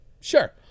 Sure